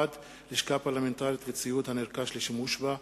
1. לשכה פרלמנטרית וציוד הנרכש לשימוש בה,